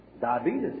Diabetes